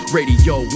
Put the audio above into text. Radio